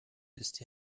wisst